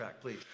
please